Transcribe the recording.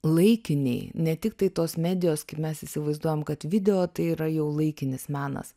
laikiniai ne tiktai tos medijos kaip mes įsivaizduojam kad video tai yra jau laikinis menas